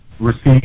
receive